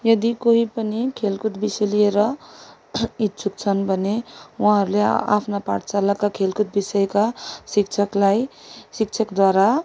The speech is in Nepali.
यदि कोही पनि खेलकुद विषय लिएर इच्छुक छन् भने उहाँहरूले आफ्ना पाठशालाका खेलकुद विषयका शिक्षकलाई शिक्षकद्वारा